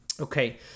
Okay